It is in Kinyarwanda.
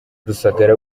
rusagara